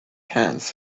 hands